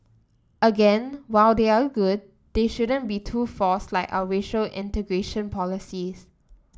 again while they are good it shouldn't be too forced like our racial integration policies